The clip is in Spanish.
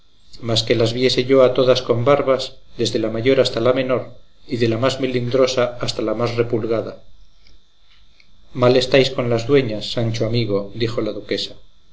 mas que las viese yo a todas con barbas desde la mayor hasta la menor y de la más melindrosa hasta la más repulgada mal estáis con las dueñas sancho amigo dijo la duquesa